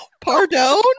pardon